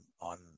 on